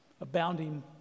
Abounding